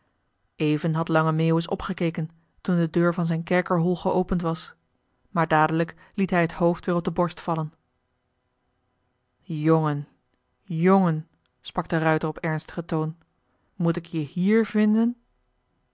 had lange meeuwis opgekeken toen de deur van zijn kerkerhol geopend was maar dadelijk liet hij het hoofd weer op de borst vallen jongen jongen sprak de ruijter op ernstigen toon moet ik je hier vinden